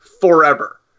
forever